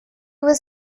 was